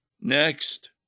Next